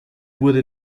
wurde